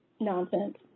Nonsense